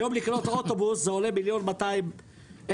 היום לקנות אוטובוס זה עולה 1.2 מיליון,